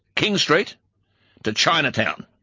king street to chinatown.